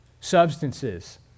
substances